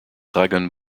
dragon